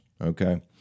okay